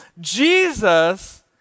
Jesus